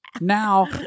now